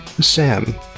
Sam